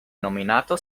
nominato